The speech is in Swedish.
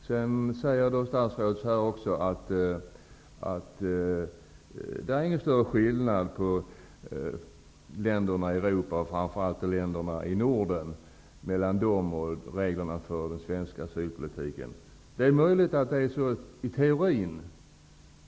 Statsrådet sade också att det inte är någon större skillnad mellan reglerna i länderna i Europa och framför allt mellan länderna i Norden och reglerna för den svenska asylpolitiken. Det är möjligt att det är så i teorin.